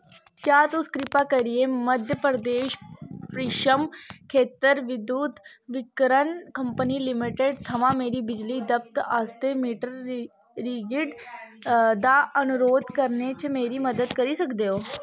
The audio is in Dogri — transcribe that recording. क्या तुस कृपा करियै मध्य प्रदेश परिशम खेतर विद्युत विकरण कंपनी लिमिटड थमां मेरी बिजली दपत आस्तै मीटर रीगड दा अनुरोध करने च मेरी मदद करी सकदे ओ